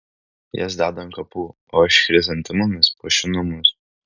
jas deda ant kapų o aš chrizantemomis puošiu namus